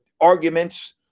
arguments